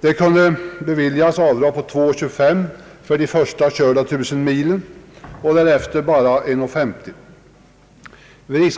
För de först körda 1000 milen kunde avdrag på 2 kronor och 25 öre beviljas och därefter med endast 1 krona och 50 öre.